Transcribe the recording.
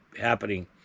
happening